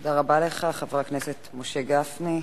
תודה רבה לך, חבר הכנסת משה גפני,